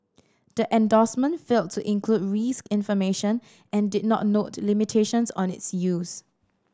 the endorsement failed to include risk information and did not note limitations on its use